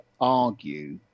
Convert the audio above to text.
argue